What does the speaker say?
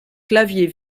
clavier